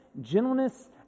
Gentleness